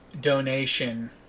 donation